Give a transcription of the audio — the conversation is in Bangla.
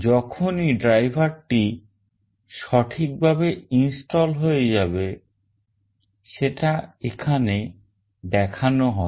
যখনই driver টি সঠিকভাবে install হয়ে যাবে সেটা এখানে দেখানো হবে